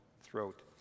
throat